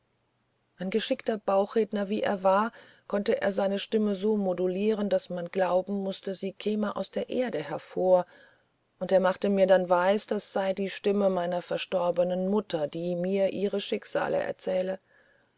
ein geschickter bauchredner wie er war konnte er seine stimme so modulieren daß man glauben mußte sie käme aus der erde hervor und er machte mir dann weis das sei die stimme meiner verstorbenen mutter die mir ihre schicksale erzähle